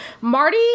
Marty